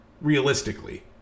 realistically